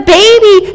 baby